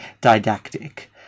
didactic